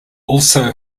also